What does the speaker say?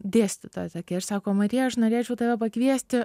dėstytoja tokia ir sako marija aš norėčiau tave pakviesti